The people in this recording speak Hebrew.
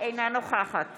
אינה נוכחת